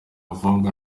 vuba